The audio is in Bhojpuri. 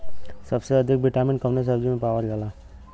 सबसे अधिक विटामिन कवने सब्जी में पावल जाला?